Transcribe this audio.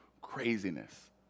craziness